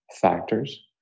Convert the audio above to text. factors